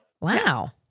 Wow